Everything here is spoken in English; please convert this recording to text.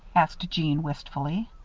asked jeanne, wistfully.